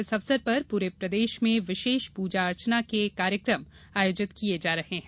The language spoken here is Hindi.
इस अवसर पर पूरे प्रदेश में विशेष पूजा अर्चना के कार्यक्रम आयोजित किये जा रहे हैं